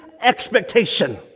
expectation